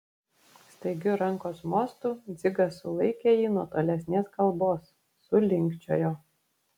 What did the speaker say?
staigiu rankos mostu dzigas sulaikė jį nuo tolesnės kalbos sulinkčiojo